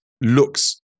looks